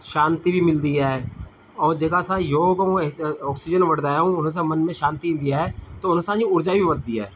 शांती बि मिलंदी आहे और जेका असां योग में ऑक्सीजन वठंदा आहियूं और उन सां मन में शांती ईंदी आहे त उन सां असांजी ऊर्जा बि वधंदी आहे